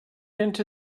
into